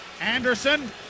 Anderson